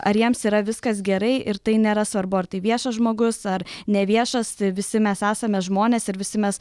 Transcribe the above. ar jiems yra viskas gerai ir tai nėra svarbu ar tai viešas žmogus ar neviešas visi mes esame žmonės ir visi mes